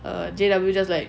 err J_W just like